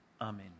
amen